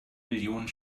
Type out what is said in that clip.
millionen